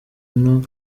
nto